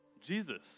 Jesus